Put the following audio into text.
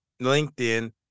LinkedIn